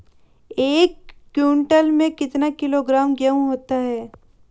एक क्विंटल में कितना किलोग्राम गेहूँ होता है?